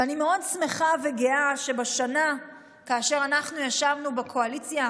ואני מאוד שמחה וגאה שבשנה שבה אנחנו ישבנו בקואליציה,